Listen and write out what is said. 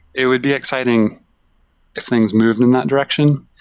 it would be exciting if things moved in that direction.